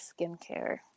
skincare